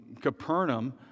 Capernaum